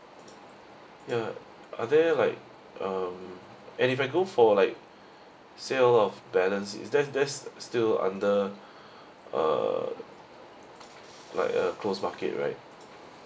ya are there like um and if I go for like sale of balance is that that's still under uh like a close market right